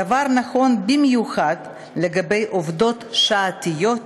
הדבר נכון במיוחד לגבי עובדות שעתיות,